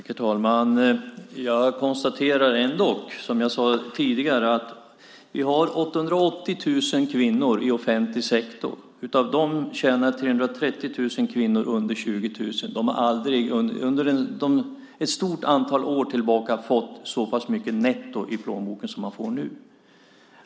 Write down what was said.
Fru talman! Jag konstaterar ändå, som jag sade tidigare, att vi har 880 000 kvinnor i offentlig sektor. 330 000 av dessa kvinnor tjänar under 20 000 kronor per månad. De har under ett stort antal år tillbaka inte fått så pass mycket netto i plånboken som de får nu.